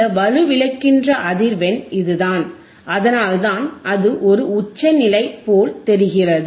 இந்த வலுவிழக்கின்ற அதிர்வெண் இது தான் அதனால்தான் அது ஒரு உச்சநிலை போல் தெரிகிறது